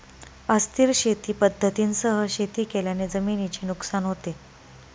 अस्थिर शेती पद्धतींसह शेती केल्याने जमिनीचे नुकसान होते